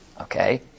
Okay